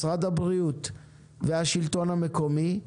משרד הבריאות והשלטון המקומי,